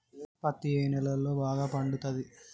పత్తి ఏ నేలల్లో బాగా పండుతది?